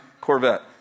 Corvette